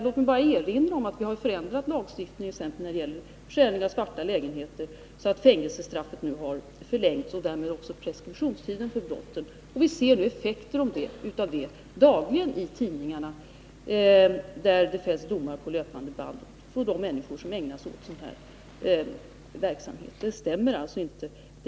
Låt mig bara erinra om att vi har förändrat lagstiftningen t.ex. när det gäller försäljning av svarta lägenheter så att fängelsestraffet nu har förlängts och därmed också preskriptionstiden för brotten. Vi ser nu dagligen effekter av detta i tidningarna. Det fälls domar på löpande band över de människor som att avhjälpa bostadsbristen att avhjälpa bostadsbristen ägnar sig åt sådan här verksamhet.